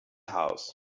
house